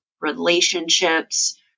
relationships